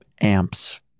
amps